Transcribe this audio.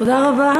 תודה רבה